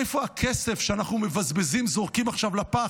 איפה הכסף שאנחנו מבזבזים, זורקים עכשיו לפח?